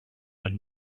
and